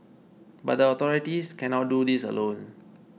but the authorities cannot do this alone